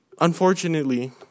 Unfortunately